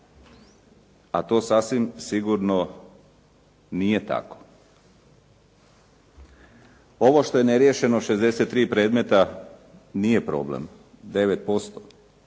a to sasvim sigurno nije tako. Ovo što je neriješeno 63 predmeta nije problem, 9%,